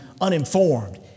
uninformed